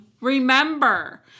remember